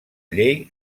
llei